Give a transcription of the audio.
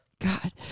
God